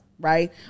Right